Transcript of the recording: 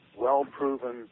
well-proven